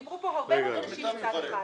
דיברו פה הרבה מאוד אנשים מצד אחד.